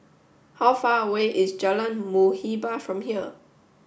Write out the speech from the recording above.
how far away is Jalan Muhibbah from here